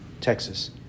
Texas